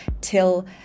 till